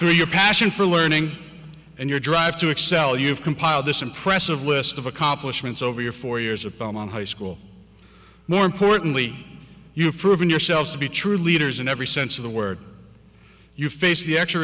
through your passion for learning and your drive to excel you have compiled this impressive list of accomplishments over your four years upon high school more importantly you have proven yourself to be true leaders in every sense of the word you face the actual